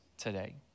Today